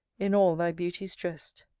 in all thy beauties drest.